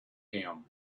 him